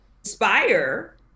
inspire